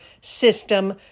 system